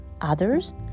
others